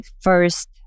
first